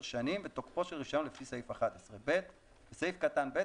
שנים ותוקפו של רישיון לפי סעיף 11". בסעיף קטן (ב),